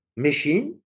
Machine